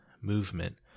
movement